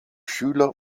schüler